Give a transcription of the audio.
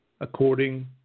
according